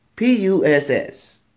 P-U-S-S